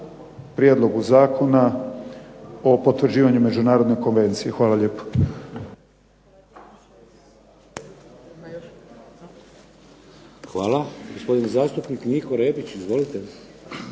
prijedlogu Zakona o potvrđivanju međunarodne konvencije. Hvala lijepo. **Šeks, Vladimir (HDZ)** Hvala. Gospodin zastupnik Niko Rebić. Izvolite.